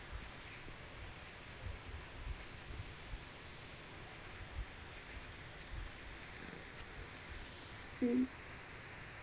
mm